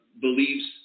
believes